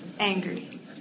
angry